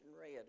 red